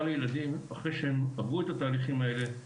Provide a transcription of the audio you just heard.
לילדים אחרי שהם עברו את התהליכים האלה.